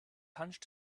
hunched